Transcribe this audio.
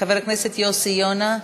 חבר הכנסת יוסי יונה.